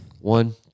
One